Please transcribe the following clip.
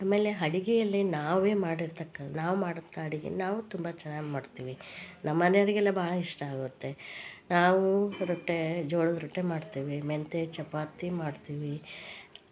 ಅಮೇಲೆ ಅಡಿಗೆಯಲ್ಲಿನಾವೇ ಮಾಡಿರ್ತಕ್ಕ ನಾವು ಮಾಡ್ತಾ ಅಡಿಗೇಲಿ ನಾವು ತುಂಬ ಚೆನ್ನಾಗಿ ಮಾಡ್ತೀವಿ ನಮ್ಮನೇವರಿಗೆಲ್ಲ ಭಾಳ ಇಷ್ಟ ಆಗುತ್ತೆ ನಾವು ರೊಟ್ಟೆ ಜೋಳದ ರೊಟ್ಟೆ ಮಾಡ್ತೇವೆ ಮೆಂತೆ ಚಪಾತಿ ಮಾಡ್ತೀವಿ